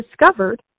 discovered